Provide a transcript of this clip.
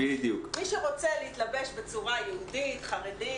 מי שרוצה להתלבש בצורה יהודית חרדית,